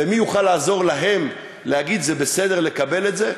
ומי יוכל לעזור להם להגיד שזה בסדר לקבל את זה?